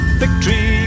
victory